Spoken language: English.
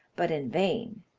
but in vain.